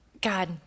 God